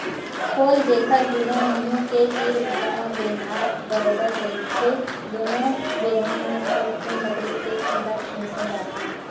खोल, जेखर दूनो मुहूँ के तीर भाग म बेंधा बरोबर रहिथे दूनो बेधा म छोटकुन लकड़ी के खीला ठेंसे जाथे